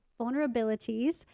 vulnerabilities